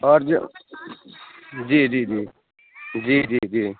اور جو جی جی جی جی جی جی